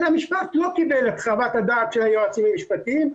המשפט לא קיבל את חוות הדעת של היועצים המשפטיים,